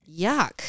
yuck